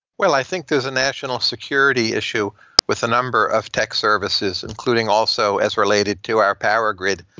well, i think there's a national security issue with a number of tech services, including also as related to our power grid.